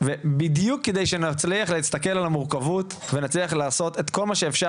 ובדיוק כדי שנצליח להסתכל על המורכבות ונצליח לעשות את כל מה שאפשר,